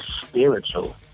spiritual